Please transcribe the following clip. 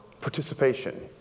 participation